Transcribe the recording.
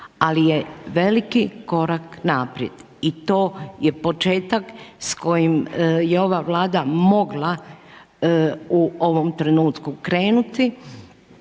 ali je veliki korak naprijed i to je početak s kojim je ova vlada mogla u ovom trenutku krenuti,